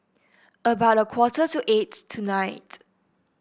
about a quarter to eight tonight